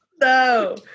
No